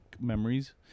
memories